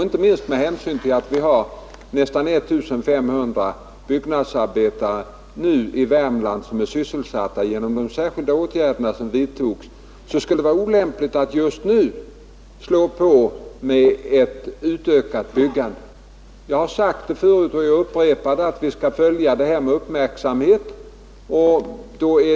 Inte minst med hänsyn till att vi har nästan 1500 byggnadsarbetare i Värmland, som är sysselsatta genom de särskilda åtgärder som vidtagits, skulle det vara olämpligt att just nu slå på med ett utökat byggande. Jag har sagt tidigare och jag upprepar det: Vi skall följa utvecklingen med uppmärksamhet.